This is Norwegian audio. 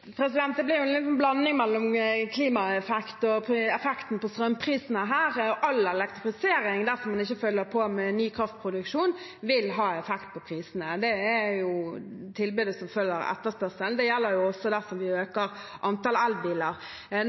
Det blir jo litt blanding mellom klimaeffekt og effekten på strømprisene her. All elektrifisering vil, dersom man ikke fyller på med ny kraftproduksjon, ha effekt på prisene. Det er jo tilbudet som følger etterspørselen. Det gjelder også dersom vi øker antall elbiler.